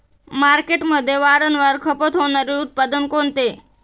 मार्केटमध्ये वारंवार खपत होणारे उत्पादन कोणते?